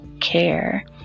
care